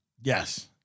Yes